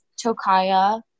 Tokaya